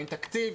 אין תקציב,